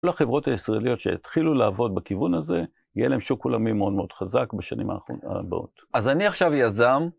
כל החברות הישראליות שהתחילו לעבוד בכיוון הזה, יהיה להם שוק עולמי מאוד מאוד חזק בשנים הבאות. אז אני עכשיו יזם.